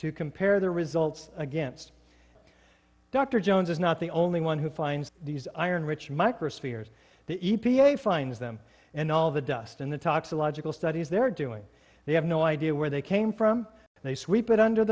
to compare the results against dr jones is not the only one who finds these iron rich microspheres the e p a finds them and all the dust in the tox a logical studies they're doing they have no idea where they came from and they sweep it under